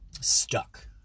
stuck